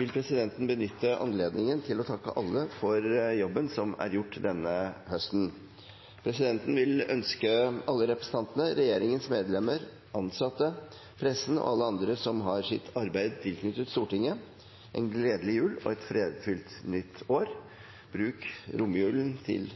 vil presidenten benytte anledningen til å takke alle for jobben som er gjort denne høsten. Presidenten vil ønske alle representantene, regjeringens medlemmer, ansatte, pressen og alle andre som har sitt arbeid tilknyttet Stortinget, en gledelig jul og et fredfylt nytt år. Bruk romjulen til